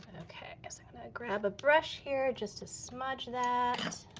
okay. so i'm gonna grab a brush here just to smudge that.